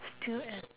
still at